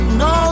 no